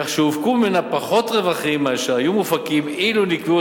כך שהופקו ממנה פחות רווחים מאשר היו מופקים אילו נקבעו